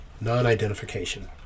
non-identification